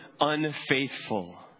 unfaithful